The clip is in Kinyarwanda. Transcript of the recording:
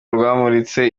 rwamuritse